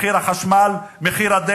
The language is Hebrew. מחיר החשמל?